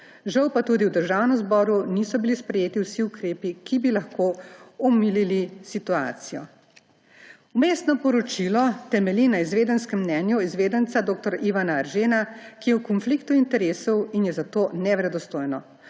Žal pa tudi v Državnem zboru niso bili sprejeti vsi ukrepi, ki bi lahko omilili situacijo. Vmesno poročilo temelji na izvedenskem mnenju izvedenca dr. Ivana Eržena, ki je v konfliktu interesov in je zato neverodostojno.